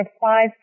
five